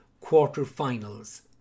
quarter-finals